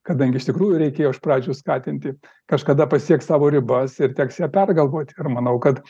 kadangi iš tikrųjų reikėjo iš pradžių skatinti kažkada pasieks savo ribas ir teks ją pergalvoti ir manau kad